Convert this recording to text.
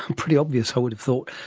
um pretty obvious, i would have thought.